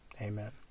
amen